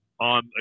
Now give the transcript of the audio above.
on